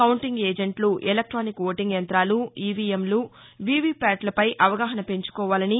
counting ఏజెంట్లు electronic voting యంతాలు ఈవీఎంలు వీవీ ప్యాట్లపై అవగాహన పెంచుకోవాలని